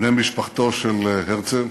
בני משפחתו של הרצל,